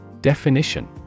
Definition